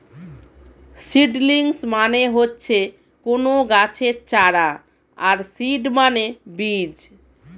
seedlings মানে হচ্ছে কোনো গাছের চারা আর সিড মানে বীজ